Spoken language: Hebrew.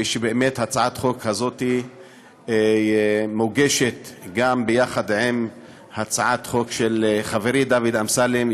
הצעת החוק הזאת מוגשת גם ביחד עם הצעת החוק של חברי דוד אמסלם,